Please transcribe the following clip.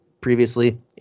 previously